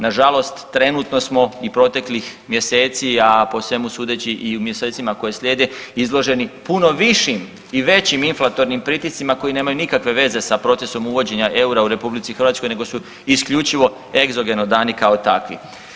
Na žalost trenutno smo i proteklih mjeseci, a po svemu sudeći i u mjesecima koji slijede izloženi puno višim i većim inflatornim pritiscima koji nemaju nikakve veze sa procesom uvođenja eura u Republici Hrvatskoj nego su isključivo egzogeno dani kao takvi.